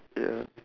ya